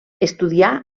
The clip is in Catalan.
estudià